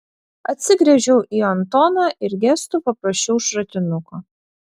atsigręžiau į antoną ir gestu paprašiau šratinuko